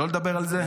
לא לדבר על זה?